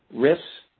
risks,